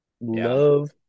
love